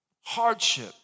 hardship